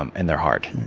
um and they're hard.